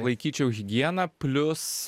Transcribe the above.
laikyčiau higiena plius